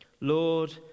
Lord